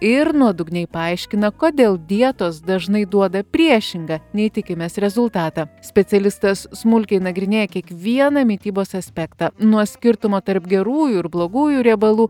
ir nuodugniai paaiškina kodėl dietos dažnai duoda priešingą nei tikimės rezultatą specialistas smulkiai nagrinėja kiekvieną mitybos aspektą nuo skirtumo tarp gerųjų ir blogųjų riebalų